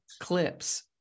clips